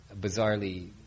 bizarrely